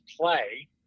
play